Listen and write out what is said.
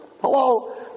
Hello